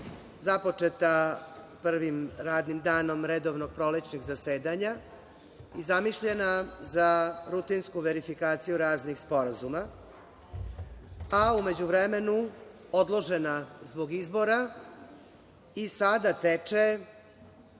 započeta prvim radnim danom redovnog prolećnog zasedanja i zamišljena za rutinsku verifikaciju raznih sporazuma, a u međuvremenu odložena zbog izbora i sada teče